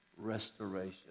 restoration